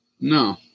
No